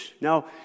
now